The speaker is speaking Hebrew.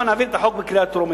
הבה נעביר את החוק בקריאה טרומית,